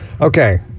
Okay